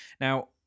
Now